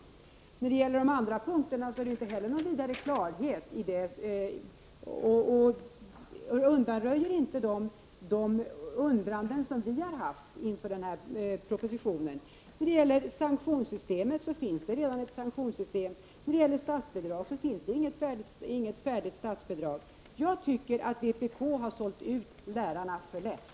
Inte heller när det gäller de andra punkterna råder det någon vidare klarhet. Man undanröjer inte de undranden som vi har haft inför denna proposition. Det finns redan ett sanktionssystem, men det finns inte något färdigt statsbidrag. Jag tycker att vpk har sålt ut lärarna för lätt.